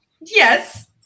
Yes